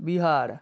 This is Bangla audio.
বিহার